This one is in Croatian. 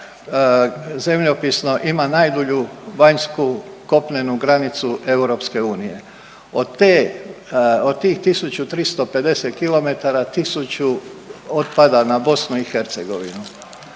zemljopisno ima najdulju vanjsku kopnenu granicu EU. Od te, od tih 1350 km, 1000 otpada na BiH.